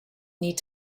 need